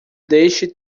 deixe